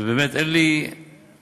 ובאמת אין לי מילה,